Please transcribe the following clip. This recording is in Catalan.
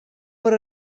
per